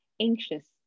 Anxious